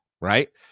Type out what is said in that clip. right